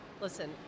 listen